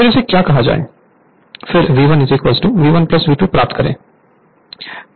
फिर इसे क्या कहा जाए फिर V V1 V2 प्राप्त करें